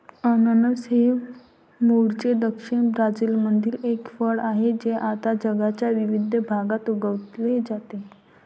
अननस हे मूळचे दक्षिण ब्राझीलमधील एक फळ आहे जे आता जगाच्या विविध भागात उगविले जाते